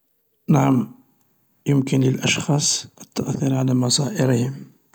نعم يمكن للأشخاص التأثير على مصائرهم.